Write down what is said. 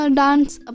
dance